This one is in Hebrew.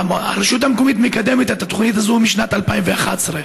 הרשות המקומית מקדמת את התוכנית הזאת משנת 2011,